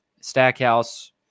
Stackhouse